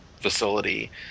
facility